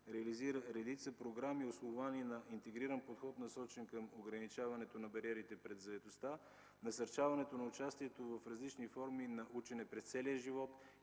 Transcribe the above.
редица програми, основани на интегриран подход, насочен към ограничаването на бариерите пред заетостта, насърчаването на участието в различни форми на учене през целия живот